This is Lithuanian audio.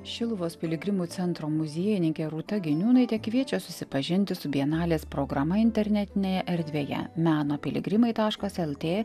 šiluvos piligrimų centro muziejininkė rūta giniūnaitė kviečia susipažinti su bienalės programa internetinėje erdvėje meno piligrimai taškas lt